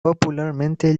popularmente